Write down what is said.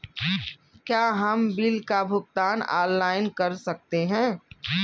क्या हम बिल का भुगतान ऑनलाइन कर सकते हैं?